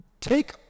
Take